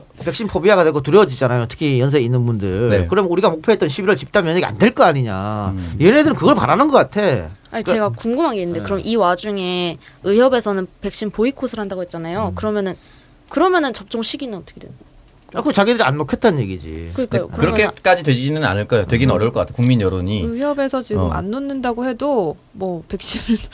백신 포비아가 되고 두려워지잖아요. 특히 연세 있는 분들. 네. 그럼 우리가 목표했던 11월 집단 면역이 안 될 거 아니냐. 음. 얘네들은 그걸 바라는 것 같아. 아니, 그러니까- 제가 궁금한 게 있는데 네. 그럼 이 와중에 의협에서는 백신 보이콧을 한다고 했잖아요. 음. 그러면은- 그러면은 접종 시기는 어떻게 되나? 아, 그거 자기들이 안 놓겠다는 얘기지. 그러니까요. 네, 그러면은- 그렇게까지 되지는 않을 거예요. 되긴 어려울 것 같아. 국민 여론이. 의협에서 지금 어. 안 놓는다고 해도 뭐 백신을